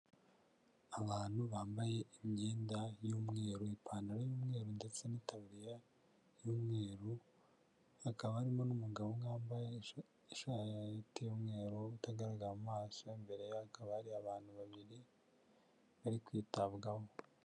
Abantu bambaye imyenda y'umweru, ipantaro y'umweru ndetse n'itariya y'umweru, hakaba harimo n'umugabo umwe wambaye ishati y'umweru, utagaragara mu maso, imbere hakaba hari abantu babiri bari kwitabwaho.